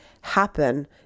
happen